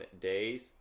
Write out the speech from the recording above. days